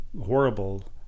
horrible